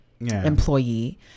employee